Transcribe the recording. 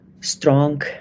strong